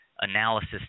analysis